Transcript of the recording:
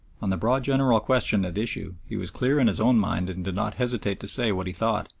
on the broad general question at issue he was clear in his own mind and did not hesitate to say what he thought,